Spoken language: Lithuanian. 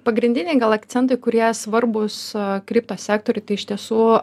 pagrindiniai gal akcentai kurie svarbūs kriptos sektoriui tai iš tiesų